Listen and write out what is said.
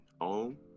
home